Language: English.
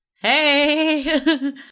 Hey